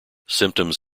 symptoms